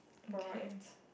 rights